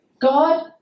God